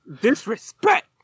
disrespect